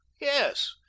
yes